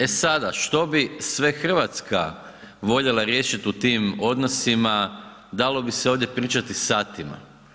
E sada, što bi sve Hrvatska voljela riješiti u tim odnosima, dalo bi se ovdje pričati satima.